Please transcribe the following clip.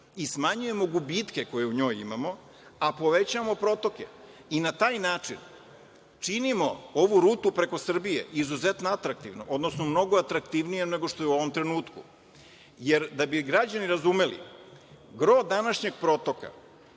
i smanjujemo gubitke koje u njoj imamo, a povećavamo protoke i na taj način činimo ovu rutu preko Srbije izuzetno atraktivnom, odnosno mnogo atraktivnijom nego što je u ovom trenutku. Da bi građani razumeli, gro današnjeg protoka,